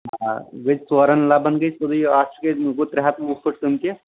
آ گٔے ژورَن لَبَن گٔے گوٚو ترٛےٚ ہَتھ وُہ پھٕٹ تِم تہِ